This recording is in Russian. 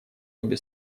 обе